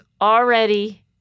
already